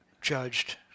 judged